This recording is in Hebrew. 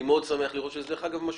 אני מאוד שמח לראות שזה משפיע.